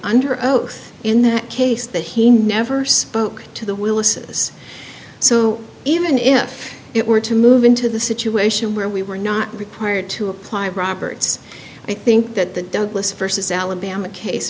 under oath in that case that he never spoke to the willis's so even if it were to move into the situation where we were not required to apply roberts i think that the douglas vs alabama case